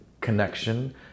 connection